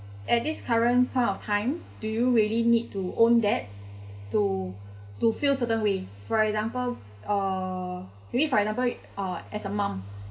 at this current point of time do you really need to own that to fulfil certain way for example uh may be for example as a mum